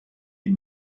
die